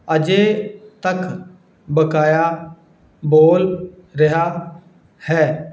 ਅਜੇ ਤੱਕ ਬਕਾਇਆ ਬੋਲ ਰਿਹਾ ਹੈ